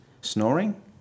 snoring